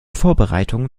vorbereitung